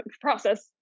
process